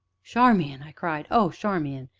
charmian! i cried oh, charmian!